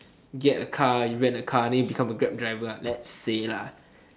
get a car you rent a car then you become a grab driver let's say lah